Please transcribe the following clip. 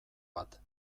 bat